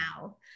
now